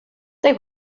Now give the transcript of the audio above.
they